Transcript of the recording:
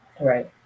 Right